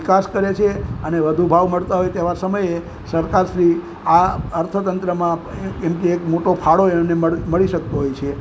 નિકાસ કરે છે અને વધુ ભાવ મળતા હોય તેવા સમયે સરકારશ્રી આ અર્થતંત્રમાં એમકે મોટો ફાળો એમને મ મળી શકતો હોય છે